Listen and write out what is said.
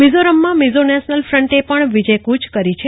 મિઝોરમમાં Mizo national ફન્ટએ પણ વિજય કુચ કરી છે